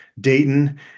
Dayton